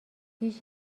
هیچ